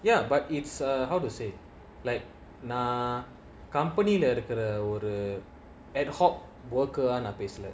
ya but it's err how to say like nah company that or the ad hoc worker ah basic